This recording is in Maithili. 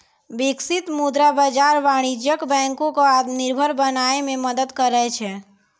बिकसित मुद्रा बाजार वाणिज्यक बैंको क आत्मनिर्भर बनाय म मदद करै छै